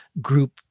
group